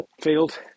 field